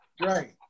Right